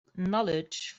knowledge